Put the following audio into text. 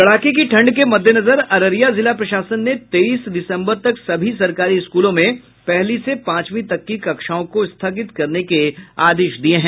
कड़ाके की ठंड के मद्देनजर अररिया जिला प्रशासन ने तेईस दिसम्बर तक सभी सरकारी स्कूलों में पहली से पांचवीं तक की कक्षाओं को स्थगित करने के आदेश दिये हैं